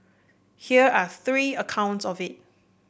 here are three accounts of it